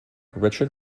richard